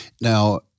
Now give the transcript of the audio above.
Now